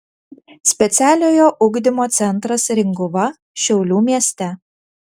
specialiojo ugdymo centras ringuva šiaulių mieste